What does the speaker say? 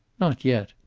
not yet.